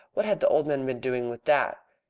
what had the old man been doing with that?